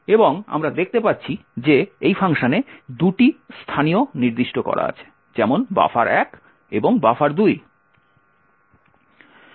এবং আমরা দেখতে পাচ্ছি যে এই ফাংশনে 2টি স্থানীয় নির্দিষ্ট করা আছে যেমন buffer1 এবং buffer2